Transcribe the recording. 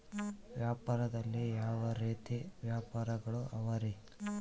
ವ್ಯಾಪಾರದಲ್ಲಿ ಯಾವ ರೇತಿ ವ್ಯಾಪಾರಗಳು ಅವರಿ?